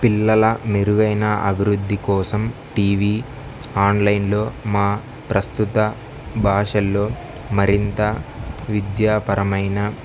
పిల్లల మెరుగైన అభివృద్ధి కోసం టీ వీ ఆన్లైన్లో మా ప్రస్తుత భాషల్లో మరింత విద్యాపరమైన